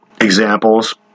examples